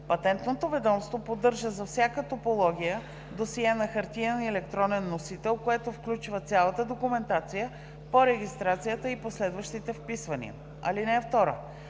Патентното ведомство поддържа за всяка топология досие на хартиен и електронен носител, което включва цялата документация по регистрацията и последващите вписвания. (2) Право